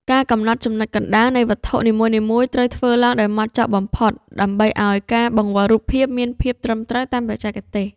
ការកំណត់ចំណុចកណ្តាលនៃវត្ថុនីមួយៗត្រូវធ្វើឡើងដោយហ្មត់ចត់បំផុត ដើម្បីឱ្យការបង្វិលរូបភាពមានភាពត្រឹមត្រូវតាមបច្ចេកទេស។